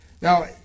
now